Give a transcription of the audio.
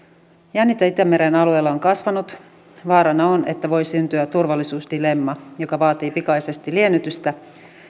jännite itämeren alueella on kasvanut vaarana on että voi syntyä turvallisuusdilemma joka vaatii pikaisesti liennytystä